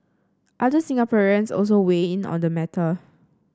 other Singaporeans also weigh in on the matter